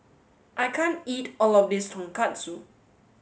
I can't eat all of this Tonkatsu